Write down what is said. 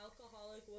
alcoholic